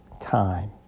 time